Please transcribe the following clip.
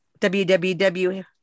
www